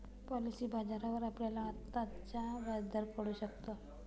policy बाजारावर आपल्याला आत्ताचा व्याजदर कळू शकतो